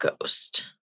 ghost